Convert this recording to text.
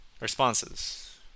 responses